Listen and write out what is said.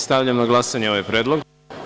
Stavljam na glasanje ovaj predlog.